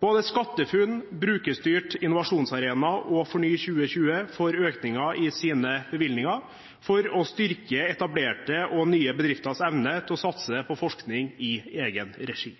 Både SkatteFUNN, Brukerstyrt innovasjonsarena og FORNY2020 får økninger i sine bevilgninger for å styrke etablerte og nye bedrifters evne til å satse på forskning i egen regi.